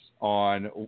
on